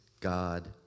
God